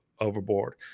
overboard